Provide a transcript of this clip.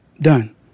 done